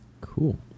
Cool